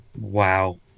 Wow